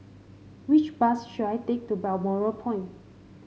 which bus should I take to Balmoral Point